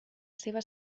seva